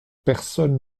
personne